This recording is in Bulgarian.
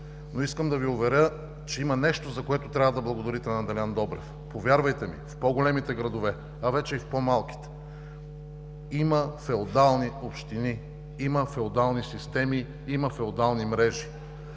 той. Искам да Ви уверя, че има нещо, за което трябва да благодарите на Делян Добрев. Повярвайте ми – в по-големите градове, а вече и в по-малките, има феодални общини, има феодални системи, има феодални мрежи.